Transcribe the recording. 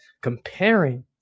comparing